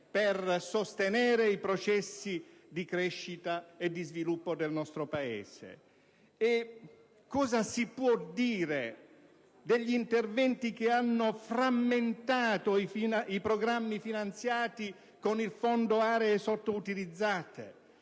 per sostenere i processi di crescita e di sviluppo del nostro Paese? Cosa si può dire, poi, degli interventi che hanno frammentato i programmi finanziati con il Fondo aree sottoutilizzate,